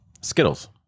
Skittles